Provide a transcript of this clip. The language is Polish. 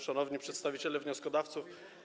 Szanowni Przedstawiciele Wnioskodawców!